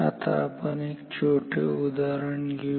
आता आपण एक छोटे उदाहरण घेऊया